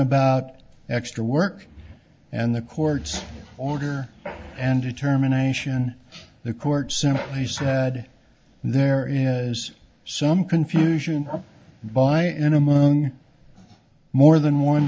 about extra work and the court's order and determination the court simply said there is some confusion by in among more than one